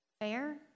Fair